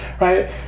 right